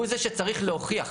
הוא זה שצריך להוכיח.